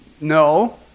no